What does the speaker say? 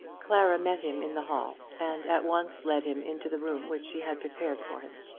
clara met him in the hall, and at once led him into the room which she had prepared for him.